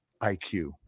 IQ